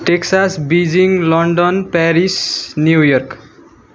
Texas Beijing London Paris New York